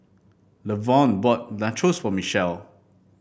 Lavern bought Nachos for Michelle